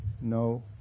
no